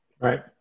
Right